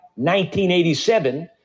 1987